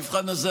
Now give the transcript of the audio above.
במבחן הזה,